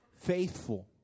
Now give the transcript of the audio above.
faithful